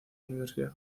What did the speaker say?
universidad